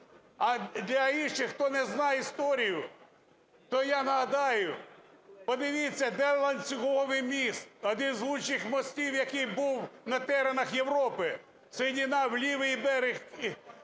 А для інших, хто не знає історію, то я нагадаю: подивіться, де ланцюговий міст – один з лучших мостів, який був на теренах Європи, соєдиняв лівий берег